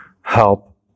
help